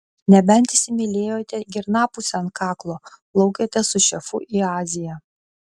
nebent įsimylėjote girnapusę ant kaklo plaukiate su šefu į aziją